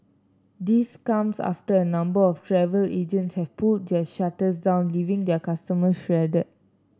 this comes after a number of travel agents have pulled their shutters down leaving their customer stranded